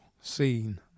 scene